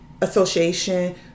association